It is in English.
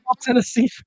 Tennessee